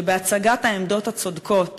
בהצגת העמדות הצודקות